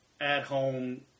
at-home